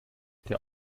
der